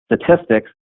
statistics